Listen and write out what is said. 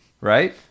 Right